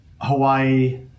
Hawaii